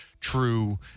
true